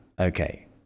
Okay